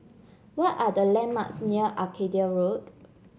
what are the landmarks near Arcadia Road